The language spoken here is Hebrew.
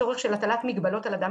הצורך של התלת מגבלות על אדם